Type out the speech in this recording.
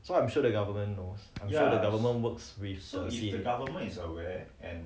so I'm sure the government knows I'm sure the government works with the